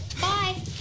Bye